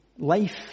Life